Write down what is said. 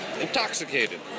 intoxicated